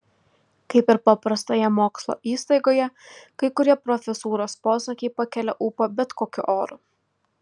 kaip ir paprastoje mokslo įstaigoje kai kurie profesūros posakiai pakelia ūpą bet kokiu oru